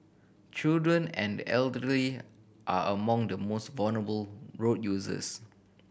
children and the elderly are among the most vulnerable road users